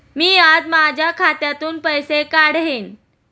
मी आज माझ्या खात्यातून पैसे काढेन